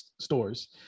stores